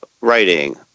writing